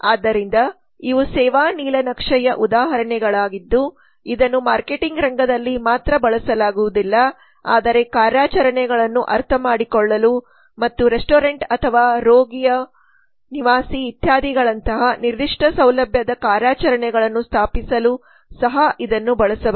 ಆದ್ದರಿಂದ ಇವು ಸೇವಾ ನೀಲನಕ್ಷೆಯ ಉದಾಹರಣೆಗಳಾಗಿದ್ದು ಇದನ್ನು ಮಾರ್ಕೆಟಿಂಗ್ ರಂಗದಲ್ಲಿ ಮಾತ್ರ ಬಳಸಲಾಗುವುದಿಲ್ಲ ಆದರೆ ಕಾರ್ಯಾಚರಣೆಗಳನ್ನು ಅರ್ಥಮಾಡಿಕೊಳ್ಳಲು ಮತ್ತು ರೆಸ್ಟೋರೆಂಟ್ ಅಥವಾ ರೋಗಿಯ ನಿವಾಸಿ ಇತ್ಯಾದಿಗಳಂತಹ ನಿರ್ದಿಷ್ಟ ಸೌಲಭ್ಯದ ಕಾರ್ಯಾಚರಣೆಗಳನ್ನು ಸ್ಥಾಪಿಸಲು ಸಹ ಇದನ್ನು ಬಳಸಬಹುದು